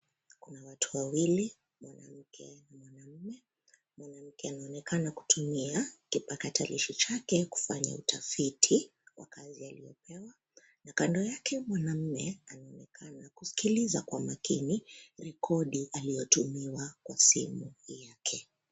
Kuna watu wawili, mwanamke na mwanaume, mwanamke anaonekana kutumia, kipakatilishi chake kufanya utafiti, wa kazi aliyopewa, na kando yake mwanaume anaonekana kusikiliza kwa makini, rekodi aliyotumiwa kwa simu yake.